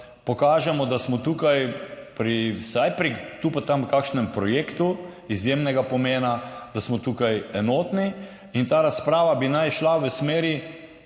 pokažemo, da smo tukaj, vsaj tu pa tam v kakšnem projektu izjemnega pomena, da smo tukaj enotni. In ta razprava bi naj šla v smeri